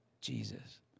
Jesus